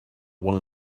one